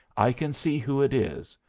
i can see who it is,